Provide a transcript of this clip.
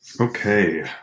Okay